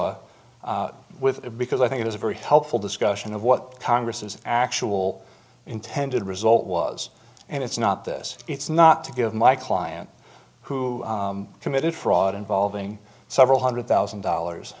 with it because i think it is a very helpful discussion of what congress is actual intended result was and it's not this it's not to give my client who committed fraud involving several hundred thousand dollars